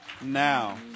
now